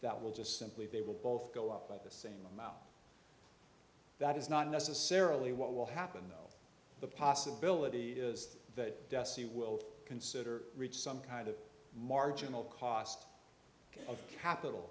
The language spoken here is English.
that will just simply they will both go up by the same amount that is not necessarily what will happen though the possibility is that you will consider reach some kind of marginal cost of capital